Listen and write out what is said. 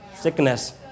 Sickness